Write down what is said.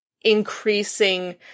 increasing